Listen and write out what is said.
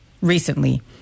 recently